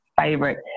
favorite